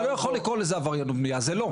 אתה לא יכול לקרוא לזה עבריינות בנייה, זה לא.